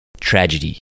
tragedy